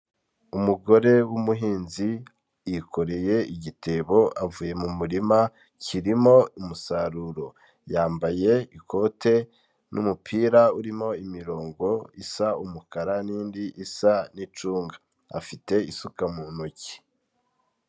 Umugore w'umuhinzi yikoreye igitebo avuye mu murima, kirimo umusaruro yambaye ikote n'umupira urimo imirongo isa umukara n'indi isa n'icunga, afite isuka mu ntoki.